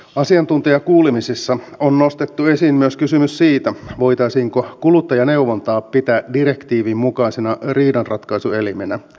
asiantuntijakuulemisessa on nostettu esiin myös kysymys siitä voitaisiinko kuluttajaneuvontaa pitää direktiivin mukaisena riidanratkaisuelimenä